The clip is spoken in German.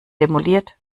demoliert